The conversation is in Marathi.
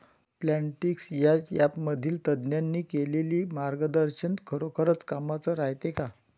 प्लॉन्टीक्स या ॲपमधील तज्ज्ञांनी केलेली मार्गदर्शन खरोखरीच कामाचं रायते का?